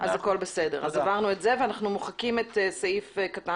יש מצבים של ניגוד עניינים שהם מאוד מגוונים והם נבחנים פר מקרה,